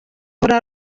ahora